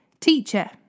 Teacher